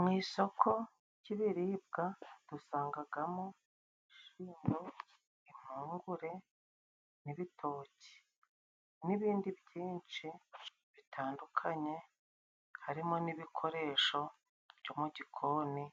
Mu isoko ry' ibiribwa dusangagamo ibishyimbo, impungure, n ibitoki, n'ibindi byinshi bitandukanye harimo n'ibikoresho byo mu gikoni